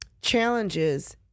challenges